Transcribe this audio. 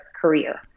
career